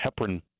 heparin